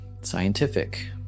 scientific